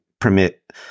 Permit